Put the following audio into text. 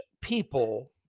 people